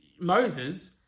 Moses